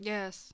Yes